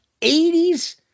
80s